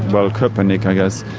well, kopenick, i guess,